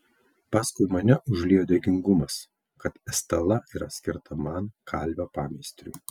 paskui mane užliejo dėkingumas kad estela yra skirta man kalvio pameistriui